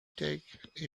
take